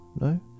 No